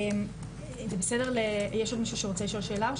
יש עוד מישהו שרוצה לשאול שאלה?